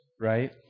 right